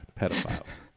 pedophiles